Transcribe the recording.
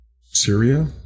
Syria